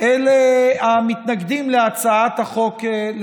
אלה המתנגדים להצעת החוק הזו.